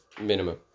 minimum